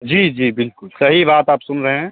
जी जी बिल्कुल सही बात आप सुन रहें हैं